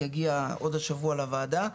יגיע עוד השבוע לוועדה.